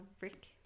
rick